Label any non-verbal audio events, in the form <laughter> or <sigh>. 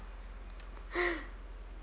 <laughs>